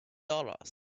dollars